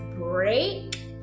break